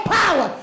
power